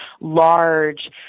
large